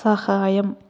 సహాయం